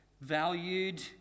valued